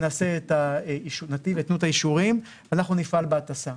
יתנו את האישורים ואנחנו נפעל בהטסה.